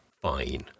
fine